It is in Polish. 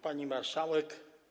Pani Marszałek!